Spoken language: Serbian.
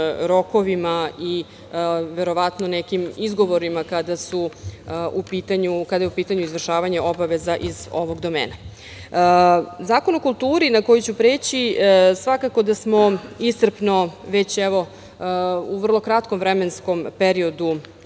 rokovima i verovatno nekim izgovorima kada je u pitanju izvršavanje obaveza iz ovog domena. Zakon o kulturi na koji ću preći, svakako da smo iscrpno već evo u vrlo kratkom vremenskom periodu